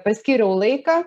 paskyriau laiką